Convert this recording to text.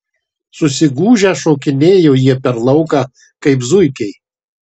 susigūžę šokinėjo jie per lauką kaip zuikiai